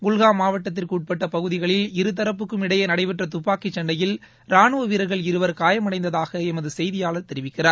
குல்ஹா மாவட்டத்திற்கு உட்பட்டப் பகுதிகளில் இருதரப்புக்கும் இடையே நடைபெற்ற துப்பாக்கி சண்டையில் ரானுவ வீரர்கள் இருவர் காயமடைந்ததாக எமது செய்தியாளர் தெரிவிக்கிறார்